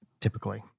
typically